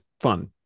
fun